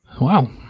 Wow